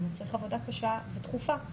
זה מצריך עבודה קשה ודחופה.